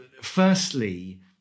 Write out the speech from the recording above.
Firstly